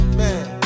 man